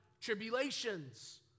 tribulations